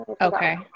Okay